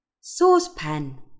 Saucepan